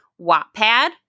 Wattpad